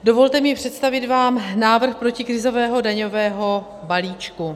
Dovolte mi představit vám návrh protikrizového daňového balíčku.